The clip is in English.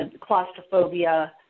claustrophobia